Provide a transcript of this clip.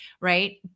right